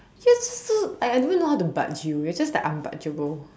you're just so I I don't even know how to budge you're just like unbudgeable